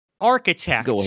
architect